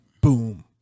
boom